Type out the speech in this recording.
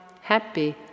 happy